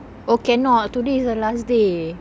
oh cannot today is the last day